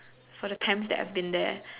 for the times that I've been there